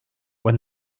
when